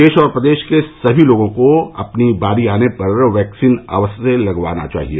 देश और प्रदेश के सभी लोगों को अपील बारी आने पर वैक्सीन अवश्य लगवानी चाहिए